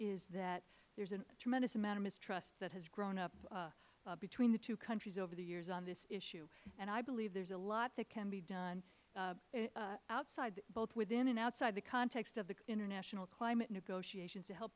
is that there is a tremendous amount of mistrust that has grown up between the two countries over the years on this issue i believe there is a lot that can be done outside both within and outside the context of the international climate negotiations to help